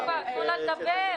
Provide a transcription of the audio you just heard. די, נו כבר, תנו לה לדבר.